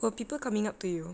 were people coming up to you